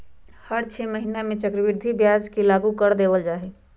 हर छ महीना में चक्रवृद्धि ब्याज के लागू कर देवल जा हई